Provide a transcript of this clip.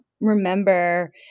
remember